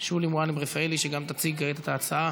לוועדת הכלכלה נתקבלה.